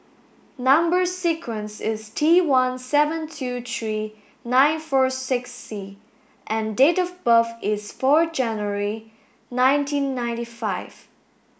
number sequence is Tone seven two three nine four six C and date of birth is four January nineteen ninety five